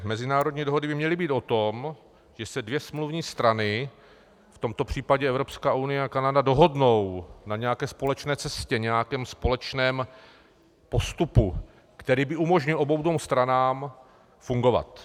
Mezinárodní dohody by měly být o tom, že se dvě smluvní strany, v tomto případě Evropská unie a Kanada, dohodnou na nějaké společné cestě, nějakém společném postupu, který by umožnil oběma dvěma stranám fungovat.